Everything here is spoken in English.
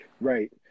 Right